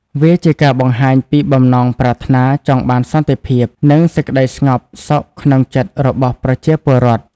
វាជាការបង្ហាញពីបំណងប្រាថ្នាចង់បានសន្តិភាព និងសេចក្តីស្ងប់សុខក្នុងចិត្តរបស់ប្រជាពលរដ្ឋ។